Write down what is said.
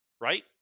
Right